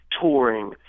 touring